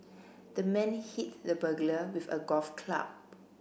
the man hit the burglar with a golf club